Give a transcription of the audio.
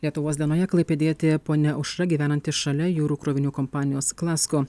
lietuvos dienoje klaipėdietė ponia aušra gyvenanti šalia jūrų krovinių kompanijos klasko